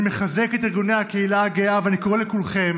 אני מחזק את ארגוני הקהילה הגאה, ואני קורא לכולכם